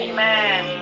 Amen